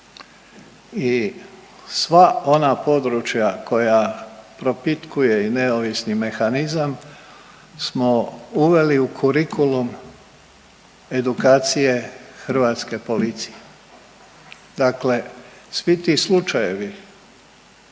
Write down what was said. i sva ona područja koja propitkuje i neovisni mehanizam smo uveli u kurikulum edukacije Hrvatske policije. Dakle, svi ti slučajevi